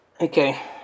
okay